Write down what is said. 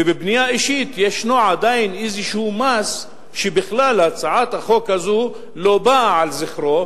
ובבנייה אישית ישנו עדיין איזה מס שהצעת החוק הזאת בכלל לא מזכירה אותו,